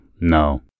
no